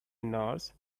nurse